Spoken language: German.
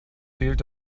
fehlt